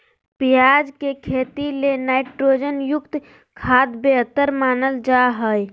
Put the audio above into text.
प्याज के खेती ले नाइट्रोजन युक्त खाद्य बेहतर मानल जा हय